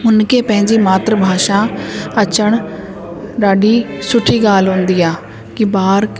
हुनखे पंहिंजे मात्र भाषा अचनि ॾाढी सुठी ॻाल्हि हूंदी आहे की ॿार